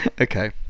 Okay